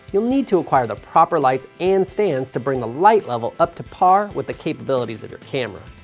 you'll need to acquire the proper lights and stands to bring the light level up to par with the capabilities of your cameras.